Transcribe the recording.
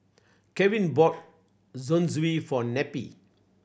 Crevin bought Zosui for Neppie